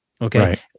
Okay